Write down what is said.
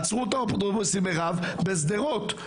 עצרו את האוטובוסים בשדרות,